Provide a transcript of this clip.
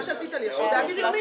מה שעשית לי עכשיו זה היה ביריוני.